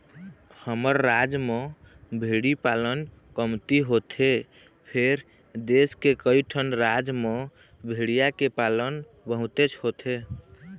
हमर राज म भेड़ी पालन कमती होथे फेर देश के कइठन राज म भेड़िया के पालन बहुतेच होथे